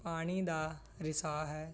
ਪਾਣੀ ਦਾ ਰਿਸਾਅ ਹੈ